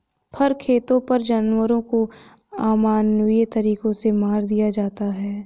फर खेतों पर जानवरों को अमानवीय तरीकों से मार दिया जाता है